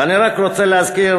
ואני רק רוצה להזכיר,